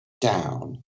down